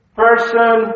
person